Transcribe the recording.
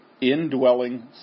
Indwelling